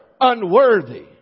unworthy